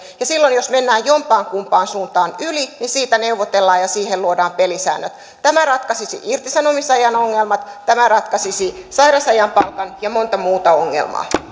ja silloin jos mennään jompaankumpaan suuntaan yli siitä neuvotellaan ja siihen luodaan pelisäännöt tämä ratkaisisi irtisanomisajan ongelmat tämä ratkaisisi sairausajan palkan ja monta muuta ongelmaa